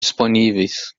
disponíveis